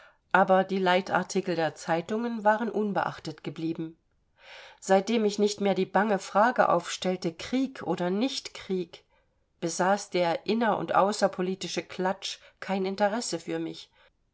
aber die leitartikel der zeitungen waren unbeachtet geblieben seitdem ich nicht mehr die bange frage aufstellte krieg oder nicht krieg besaß der inner und außerpolitische klatsch kein interesse für mich